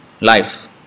life